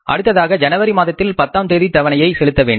அடுத்ததாக ஜனவரி மாதத்தில் பத்தாம் தேதி தவணையை செலுத்த வேண்டும்